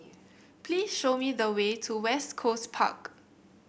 please show me the way to West Coast Park